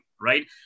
Right